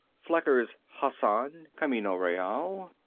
flecker's hassan, camino real,